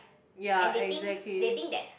ya exactly